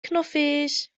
knuffig